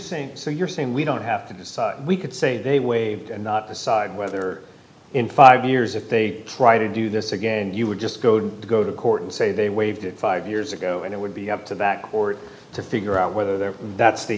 saying so you're saying we don't have to decide we could say they waived and not decide whether in five years if they try to do this again you would just go to go to court and say they waived it five years ago and it would be up to that court to figure out whether they're that's the